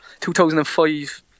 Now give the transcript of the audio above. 2005